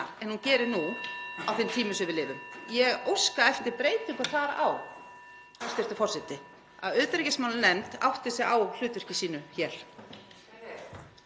en hún gerir nú á þeim tímum sem við lifum. Ég óska eftir breytingu þar á, hæstv. forseti, að utanríkismálanefnd átti sig á hlutverki sínu hér.